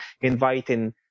inviting